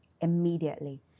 immediately